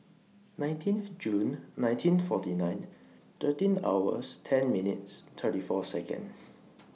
nineteenth June nineteen forty nine thirteen hours ten minutes thirty four Seconds